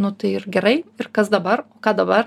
nu tai ir gerai ir kas dabar ką dabar